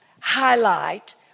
highlight